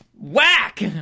whack